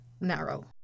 narrow